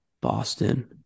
Boston